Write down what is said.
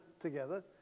together